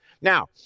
Now